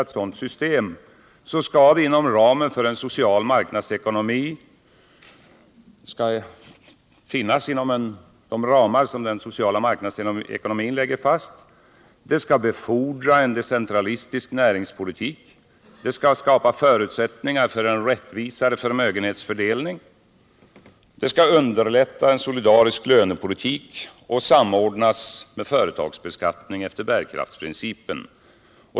Ett sådant sparsystem skall hålla sig inom de ramar som den sociala marknadsekonomin lägger fast. Det skall befordra en decentralistisk näringspolitik. Det skall skapa förutsättningar för en rättvisare förmögenhetsfördelning. Det skall underlätta en solidarisk lönepolitik och samordnas med företagsbeskattning efter bärkraftsprincipen.